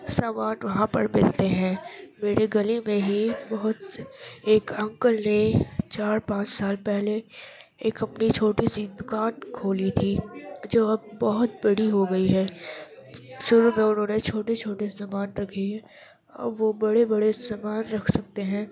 سامان وہاں پر ملتے ہیں میرے گلی میں ہی بہت سے ایک انکل نے چار پانچ سال پہلے ایک اپنی چھوٹی سی دوکان کھولی تھی جو اب بہت بڑی ہو گئی ہے شروع میں انہوں نے چھوٹے چھوٹے سامان رکھے اب وہ بڑے بڑے سمان رکھ سکتے ہیں